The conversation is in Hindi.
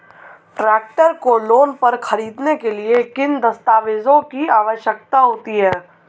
ट्रैक्टर को लोंन पर खरीदने के लिए किन दस्तावेज़ों की आवश्यकता होती है?